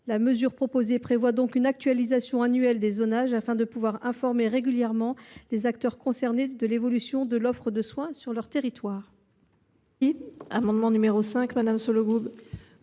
La mesure proposée prévoit une actualisation annuelle des zonages afin de pouvoir informer régulièrement les acteurs concernés de l’évolution de l’offre de soins sur leur territoire.